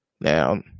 Now